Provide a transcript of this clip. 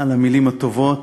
על המילים הטובות.